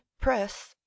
press